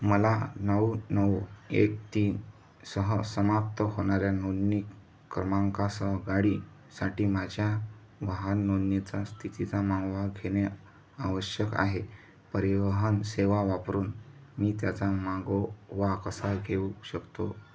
मला नऊ नऊ एक तीन सह समाप्त होणाऱ्या नोंदणी क्रमांकासह गाडी साठी माझ्या वाहन नोंदणीचा स्थितीचा मागोवा घेणे आवश्यक आहे परिवहन सेवा वापरून मी त्याचा मागोवा कसा घेऊ शकतो